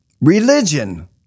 Religion